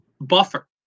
buffer